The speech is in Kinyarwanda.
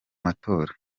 matora